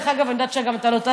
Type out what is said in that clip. דרך אגב, אני יודעת שאתה לא טס.